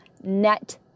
net